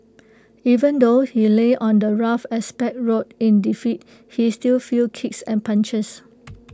even though he lay on the rough asphalt road in defeat he still felt kicks and punches